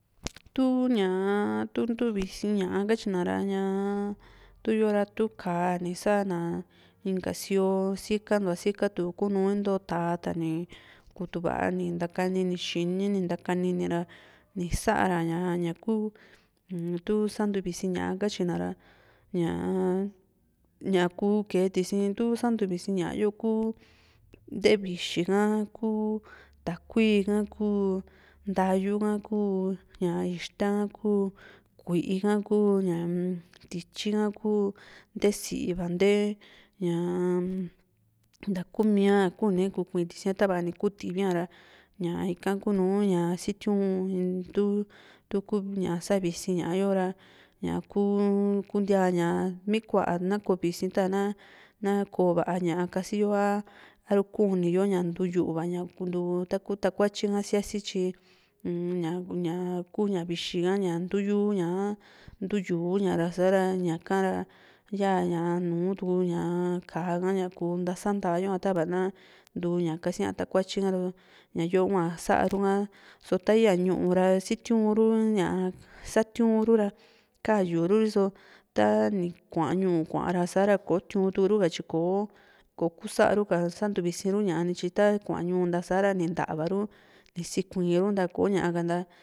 tuu ñaa tu santuvisi ña´a katyina ra ñaa tuyo ra tuu ka´a ni sa´na inka sio sikantua sikatu kunu into tà´a tani kutu va ni ni ntakanini xini ni ntakanini ra ni sa´ra ña´ku tu santuvissi ña´a katyina ra ña´a ñaku kee tisi tu santuvisi ña´a yo ku ntevixi ka, ku takui ha, ku ntayu ha, ku ña ixta ha, ku kuíí ka, ku ñaa tyityi ha ku, ntee si´va ntee, ñaa-m ntakumia kune kukui tisia ta´va ni ku tivia ra ña ika ku nùù ña sitiu´n tu tuku ña savisi ña´a yo ra ña´kuu kuntia ña ña mikua kuntia ta´va na ku visi koo va´a ña´a kasi yo arukuni yo ña ntuu yu´va ñaa ntuu taku takuatyi siasi tyi uun ña ña ñaku ña vixi ka ña ntu´yuña ntu yu´u ña sa´ra ña´ka ra yaa nùù tu ka´a ha ña kuu ntasa ntaa yoa tava na ntuu ña kasía takuatyi ra ñayo hua sa´ru ha so taa ya ñuu ra siutiu´n ru ñaa satiuu ru ra kayu ru riso tani kua ñu´u ra sa´ra ko tiu´un turu ha tyi kò´o ko kusaru ka santuvisi ru ña´a nityi takua ñu´u nta sa´ra ni nta´varu ni sikuii runta ko´ña ka ntaa